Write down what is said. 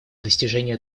достижению